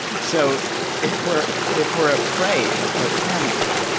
so if we're if we're afraid or panicked,